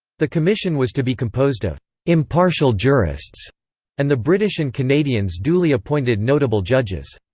the commission was to be composed of impartial jurists and the british and canadians duly appointed notable judges.